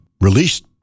released